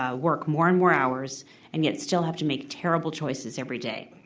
ah work more and more hours and yet still have to make terrible choices every day.